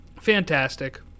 fantastic